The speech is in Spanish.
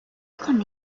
con